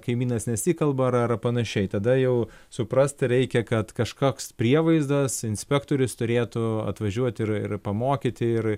kaimynas nesikalba ar ar panašiai tada jau suprasti reikia kad kažkoks prievaizdas inspektorius turėtų atvažiuoti ir ir pamokyti ir